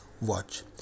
watch